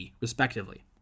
respectively